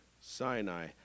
Sinai